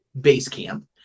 Basecamp